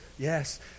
Yes